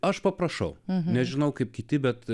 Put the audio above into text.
aš paprašau nežinau kaip kiti bet